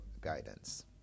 guidance